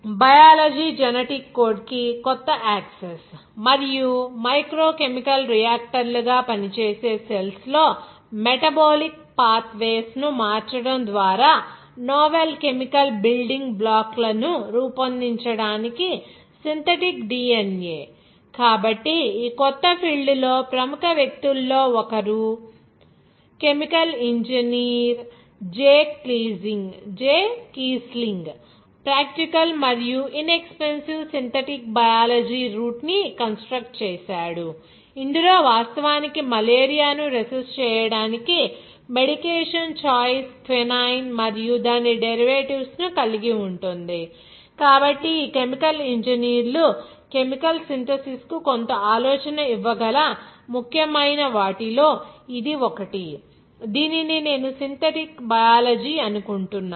biology genetic code కి కొత్త access మరియు మైక్రో కెమికల్ రియాక్టర్లు గా పనిచేసే సెల్స్ లో మెటబోలిక్ పాత్ వేస్ ను మార్చడం ద్వారా నోవెల్ కెమికల్ బిల్డింగ్ బ్లాక్లను రూపొందించడానికి సింథటిక్ డిఎన్ఎ కాబట్టి ఈ కొత్త ఫీల్డ్ లో ప్రముఖ వ్యక్తులలో ఒకరు chemical engineer Jay Keasling practical మరియు inexpensive synthetic biology route ని కన్స్ట్రక్ట్ చేసాడు ఇందులో వాస్తవానికి మలేరియాను రెసిస్ట్ చేయటానికి మెడికేషన్ ఛాయస్ క్వినైన్ మరియు దాని డెరివేటివ్స్ ను కలిగి ఉంటుంది కాబట్టి ఈ కెమికల్ ఇంజనీర్లు కెమికల్ సింథసిస్ కు కొంత ఆలోచన ఇవ్వగల ముఖ్యమైన వాటిలో ఇది ఒకటి దీనిని నేను సింథటిక్ బయాలజీ అనుకుంటున్నాను